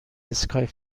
اسکایپ